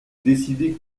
décider